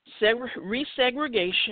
Resegregation